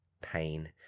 pain